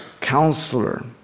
counselor